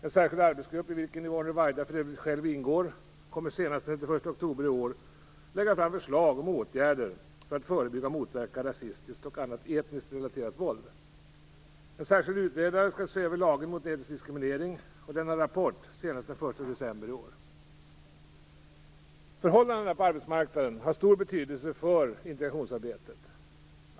En särskild arbetsgrupp, i vilken Yvonne Ruwaida för övrigt själv ingår, kommer senast den 31 oktober i år att lägga fram förslag om åtgärder för att förebygga och motverka rasistiskt och annat etniskt relaterat våld. En särskild utredare skall se över lagen mot etnisk diskriminering och lämna en rapport senast den 1 december i år. Förhållandena på arbetsmarknaden har stor betydelse för integrationsarbetet.